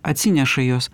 atsineša juos